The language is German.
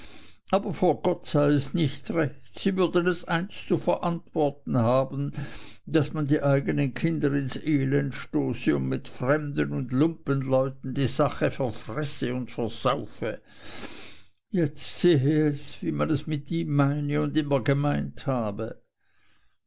aber vor gott sei es nicht recht und sie würden es einst zu verantworten haben daß man die eigenen kinder ins elend stoße und mit fremden und lumpenleuten die sache verfresse und versaufe jetzt sehe es wie man es mit ihm meine und immer gemeint habe